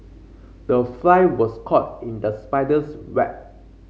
the fly was caught in the spider's web